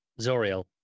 Zoriel